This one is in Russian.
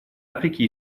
африки